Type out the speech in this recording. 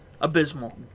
abysmal